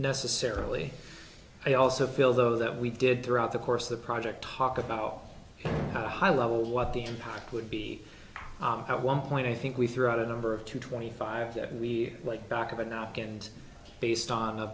necessarily i also feel though that we did throughout the course of the project talk about all the high level what the impact would be at one point i think we threw out a number of two twenty five that we like back of a napkin and based on a